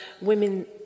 women